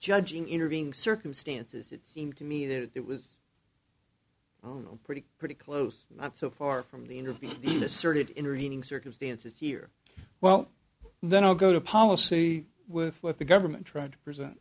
judging intervening circumstances it seemed to me that it was oh pretty pretty close not so far from the interview asserted intervening circumstances here well then i'll go to policy with what the government tried to present